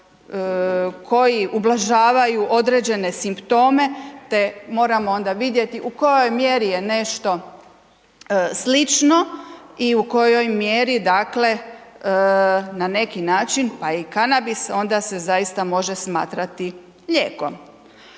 koji ublažavaju određene simptome te moramo onda vidjeti u kojoj mjeri je nešto slično i u kojoj mjeri dakle na neki način pa i kanabis onda se zaista može smatrati lijekom.